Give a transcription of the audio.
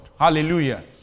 Hallelujah